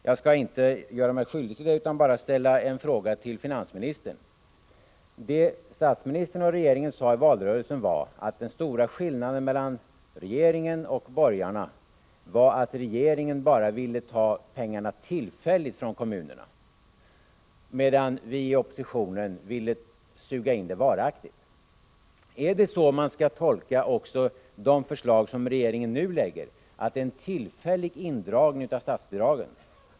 Jag skall inte göra mig skyldig till det utan bara ställa en fråga till finansministern. Statsministern och regeringen sade i valrörelsen att den stora skillnaden mellan regeringen och borgarna var att regeringen bara ville ta pengarna tillfälligt från kommunerna, medan vi i oppositionen ville suga in dem varaktigt. Är det så man skall tolka också de förslag som regeringen nu lägger fram, att det är en tillfällig indragning av statsbidragen?